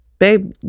Babe